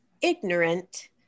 ignorant